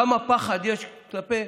כמה פחד יש כלפי,